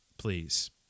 please